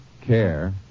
Care